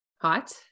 Hot